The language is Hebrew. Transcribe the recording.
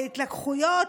להתלקחויות,